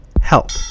Help